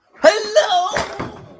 Hello